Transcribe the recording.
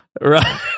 right